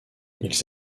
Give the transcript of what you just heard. ils